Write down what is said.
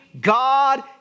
God